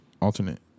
alternate